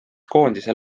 koondise